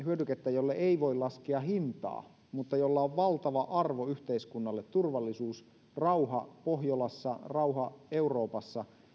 hyödykettä jolle ei voi laskea hintaa mutta jolla on valtava arvo yhteiskunnalle turvallisuus rauha pohjolassa rauha euroopassa